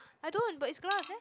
I don't but it's glass leh